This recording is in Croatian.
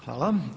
Hvala.